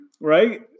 right